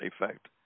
effect